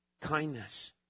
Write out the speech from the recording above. kindness